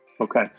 Okay